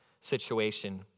situation